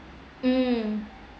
mm